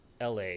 LA